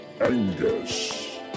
Angus